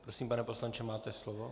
Prosím, pane poslanče, máte slovo.